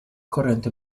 corrente